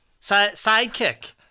sidekick